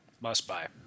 Must-buy